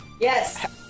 Yes